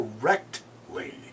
correctly